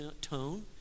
tone